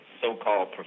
So-called